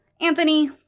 Anthony